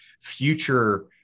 future